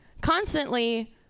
constantly